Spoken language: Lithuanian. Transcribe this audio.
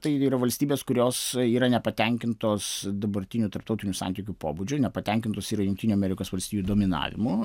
tai yra valstybės kurios yra nepatenkintos dabartiniu tarptautinių santykių pobūdžiu nepatenkintos yra jungtinių amerikos valstijų dominavimu